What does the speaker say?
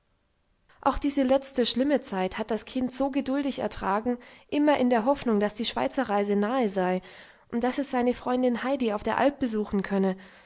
auch diese letzte schlimme zeit hat das kind so geduldig ertragen immer in der hoffnung daß die schweizerreise nahe sei und daß es seine freundin heidi auf der alp besuchen könne